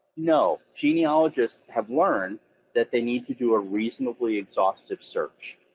no, genealogists have learned that they need to do a reasonably exhaustive search.